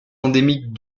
endémique